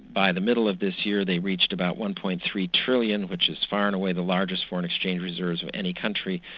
by the middle of this year they reached about one dollars. three trillion, which is far and away the largest foreign exchange reserves of any country.